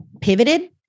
pivoted